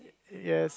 yes